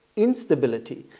instability.